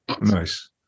Nice